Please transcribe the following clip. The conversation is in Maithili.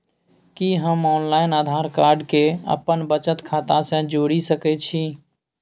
कि हम ऑनलाइन आधार कार्ड के अपन बचत खाता से जोरि सकै छी?